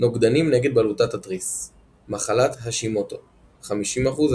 נוגדנים נגד בלוטת התריס מחלת השימוטו (50%–60%)